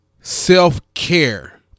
self-care